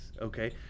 Okay